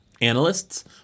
Analysts